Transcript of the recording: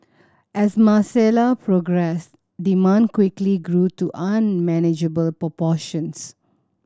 as Marcella progressed demand quickly grew to unmanageable proportions